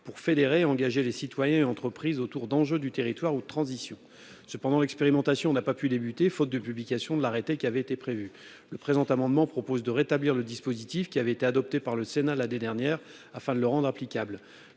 pour fédérer engagé les citoyens entreprises autour d'enjeux du territoire ou de transition. Cependant l'expérimentation n'a pas pu débuter faute de publication de l'arrêté qui avait été prévu le présent amendement propose de rétablir le dispositif qui avait été adoptée par le Sénat l'année dernière afin de le rendre applicable